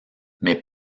mais